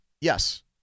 Yes